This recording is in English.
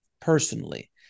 personally